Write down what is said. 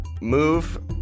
move